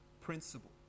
principle